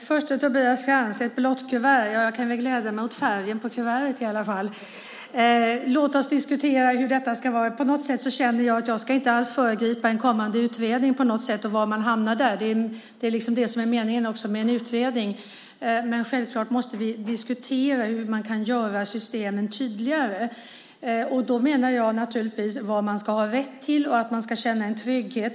Fru talman! Jag kan i alla fall glädja mig åt färgen på ett blått kuvert, Tobias Krantz. Låt oss diskutera hur detta ska vara! Jag vill inte alls föregripa en kommande utredning, för meningen med en utredning är ju att ta reda på var man ska hamna. Men självklart måste vi diskutera hur vi ska göra systemen tydligare. Man ska veta vad man har rätt till. Man ska känna en trygghet.